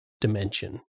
dimension